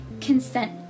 consent